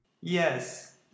Yes